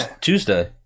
Tuesday